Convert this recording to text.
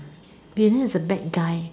villain is a bad guy